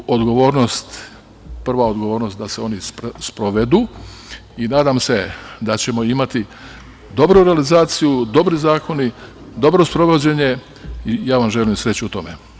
Na vama je tu odgovornost, prva odgovornost da se oni sprovedu i nadam se da ćemo imati dobru realizaciju, dobre zakone, dobro sprovođenje i ja vam želim sreću u tome.